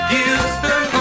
Houston